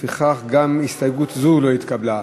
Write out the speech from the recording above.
לפיכך גם הסתייגות זו לא התקבלה.